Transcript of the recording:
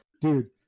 dude